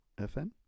FN